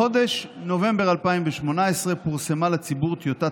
בחודש נובמבר 2018 פורסמה לציבור טיוטת